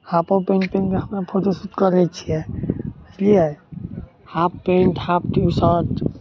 हाफो pant पेन्हके हमे photo click करै छिए बुझलिए हाफ पैन्ट हाफ टीशर्ट